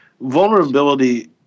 vulnerability